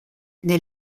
they